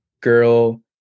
girl